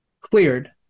cleared